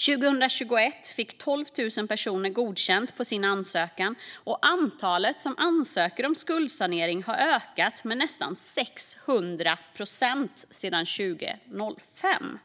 År 2021 fick 12 000 personer sin ansökan godkänd, och antalet som ansöker om skuldsanering har ökat med nästan 600 procent sedan 2005.